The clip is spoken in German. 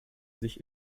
sich